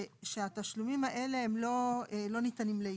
שהתשלומים האלה הם לא ניתנים לעיקול.